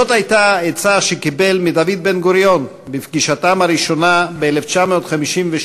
זאת הייתה עצה שקיבל מדוד בן-גוריון בפגישתם הראשונה ב-1953,